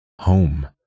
home